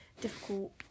difficult